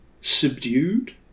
subdued